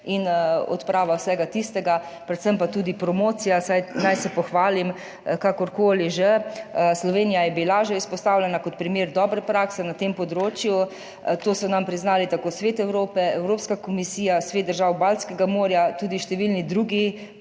in odprava vsega tistega, predvsem pa tudi promocija. Naj se pohvalim, kakor koli že, Slovenija je bila izpostavljena kot primer dobre prakse na tem področju. To so nam priznali tako Svet Evrope, Evropska komisija, Svet držav Baltskega morja, tudi številni drugi